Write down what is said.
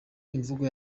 imvugo